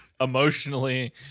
emotionally